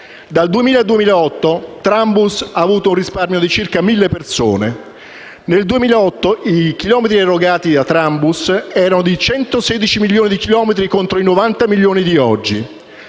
Dal 2000 al 2008 ha avuto un risparmio di circa 1.000 persone. Nel 2008 i chilometri erogati da Trambus erano 116 milioni, contro i 90 milioni di oggi.